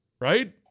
right